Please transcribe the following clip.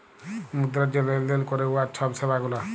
মুদ্রা যে লেলদেল ক্যরে উয়ার ছব সেবা গুলা